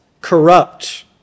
corrupt